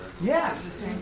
Yes